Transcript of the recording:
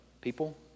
people